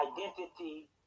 identity